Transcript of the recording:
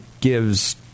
gives